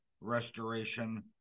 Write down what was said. restoration